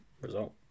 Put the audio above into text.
Result